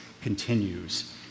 continues